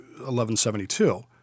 1172